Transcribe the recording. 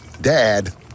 Dad